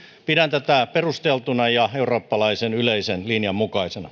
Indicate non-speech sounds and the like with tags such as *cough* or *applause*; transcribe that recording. pidän tätä perusteltuna ja eurooppalaisen yleisen linjan mukaisena *unintelligible*